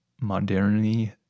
modernity